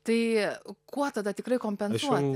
tai kuo tada tikrai kompensuoti